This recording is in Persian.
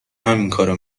همینکارو